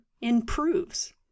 improves